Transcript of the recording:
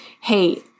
Hey